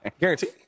Guaranteed